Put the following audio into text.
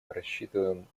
рассчитываем